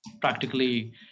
practically